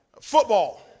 Football